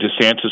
DeSantis